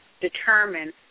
determine